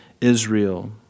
Israel